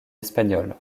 espagnol